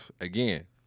Again